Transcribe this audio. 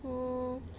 mm